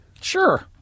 sure